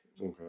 Okay